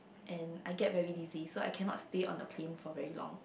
and I get very dizzy so I cannot stay on the plane for very long